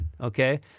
okay